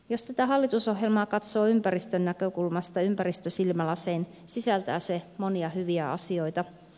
jos tätä hallitusohjelmaa katsoo ympäristön näkökulmasta ympäristösilmälasein sisältää se monia hyviä asioita